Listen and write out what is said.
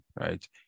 right